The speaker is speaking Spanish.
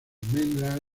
almendras